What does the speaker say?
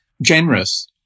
generous